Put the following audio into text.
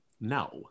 no